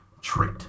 trait